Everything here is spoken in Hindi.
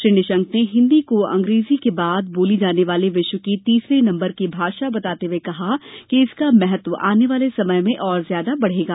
श्री निशंक ने हिन्दी को अंग्रेजी के बाद बोली जाने वाली विश्व की तीसरे नम्बर की भाषा बताते हुये कहा कि इसका महत्व आने वाले समय में और ज्यादा बढ़ेगा